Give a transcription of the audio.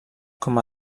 com